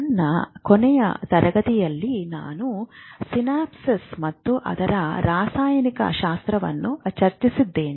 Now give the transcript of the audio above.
ನನ್ನ ಕೊನೆಯ ತರಗತಿಯಲ್ಲಿ ನಾವು ಸಿನಾಪ್ಸ್ ಮತ್ತು ಅದರ ರಸಾಯನಶಾಸ್ತ್ರವನ್ನು ಚರ್ಚಿಸುತ್ತಿದ್ದೇವೆ